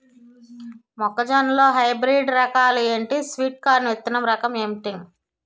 మొక్క జొన్న లో హైబ్రిడ్ రకాలు ఎంటి? స్వీట్ కార్న్ విత్తన రకం ఏంటి?